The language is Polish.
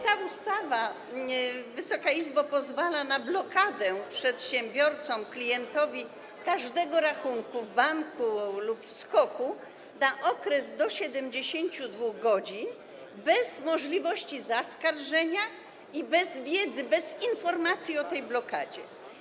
Ta ustawa, Wysoka Izbo, pozwala na blokadę przedsiębiorcom, klientowi każdego rachunku w banku lub w SKOK-u na okres do 72 godzin bez możliwości zaskarżenia i bez wiedzy, bez informacji o tej blokadzie.